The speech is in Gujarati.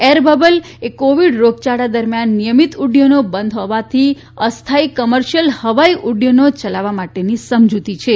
એર બબલ કોવીડ રોગયાળા દરમિયાન નિયમિત ઉડૃથનો બંધ હોવાથી અસ્થાયી કોમર્શીયલ હવાઇ ઉડ્ડાનો ચલાવવા માટેની સમજુતી છે